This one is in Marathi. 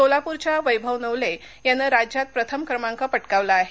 सोलापूरच्या वैभव नवले यानं राज्यात प्रथम क्रमांक पटकावला आहे